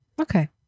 Okay